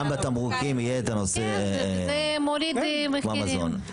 בתמרוקים יהיה כמו המזון.